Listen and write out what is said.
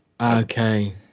Okay